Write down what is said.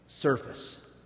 Surface